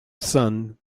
son